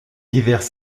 divers